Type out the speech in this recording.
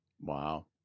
Wow